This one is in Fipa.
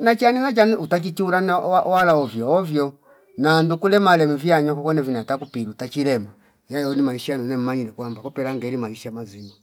nachani nachanu utaki chulana wa- wala hovyo hovyo na ndukule male mevia nyoko kweni vina takupi ntachilema yayo ni maisha vile maile kwamba koperangeri maisha mazima